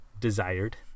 desired